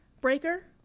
Breaker